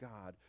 God